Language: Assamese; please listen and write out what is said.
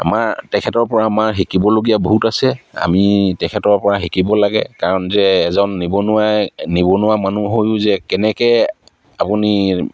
আমাৰ তেখেতৰপৰা আমাৰ শিকিবলগীয়া বহুত আছে আমি তেখেতৰপৰা শিকিব লাগে কাৰণ যে এজন নিবনুৱাই নিবনুৱা মানুহ হৈয়ো যে কেনেকৈ আপুনি